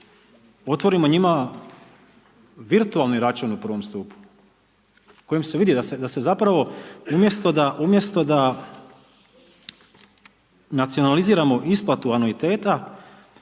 otvorimo njima virtualni račun u I. stupu kojim se vidi da se zapravo umjesto da, nacionaliziramo isplatu anuiteta,